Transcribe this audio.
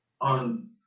on